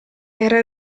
era